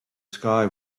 sky